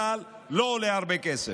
קל, לא עולה הרבה כסף.